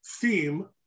theme